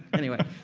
anyway.